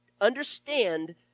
understand